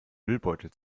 müllbeutel